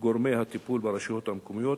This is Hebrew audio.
גורמי הטיפול ברשויות המקומיות,